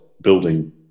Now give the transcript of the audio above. building